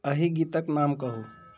एहि गीतक नाम कहू